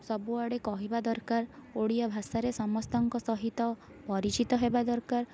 ସବୁଆଡ଼େ କହିବା ଦରକାର ଓଡ଼ିଆଭାଷାରେ ସମସ୍ତଙ୍କ ସହିତ ପରିଚିତ ହେବା ଦରକାର